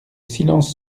silence